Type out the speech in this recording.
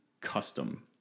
custom